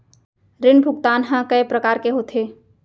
ऋण भुगतान ह कय प्रकार के होथे?